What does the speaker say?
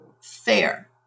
fair